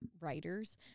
writers